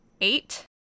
Eight